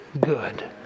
good